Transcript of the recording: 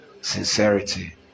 Sincerity